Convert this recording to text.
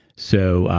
so,